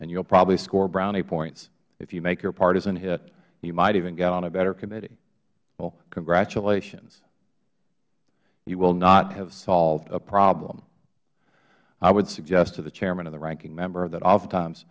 and you will probably score brownie points if you make your partisan hit you might even get on a better committee well congratulations you will not have solved a problem i would suggest to the chairman and the ranking member that oftentimes